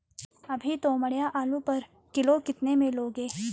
अभी तोमड़िया आलू पर किलो कितने में लोगे?